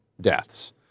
deaths